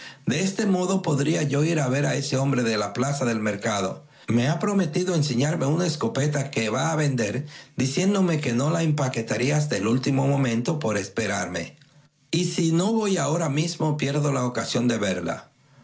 de este modo podría yo ir a ver a ese hombre de la plaza del mercado me ha prometido enseñarme una escopeta que va a vender diciéndome que no la empaquetaría hasta el último momento por esperarme y si no voy ahora mismo pierdo la ocasión de verla